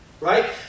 Right